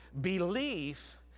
Belief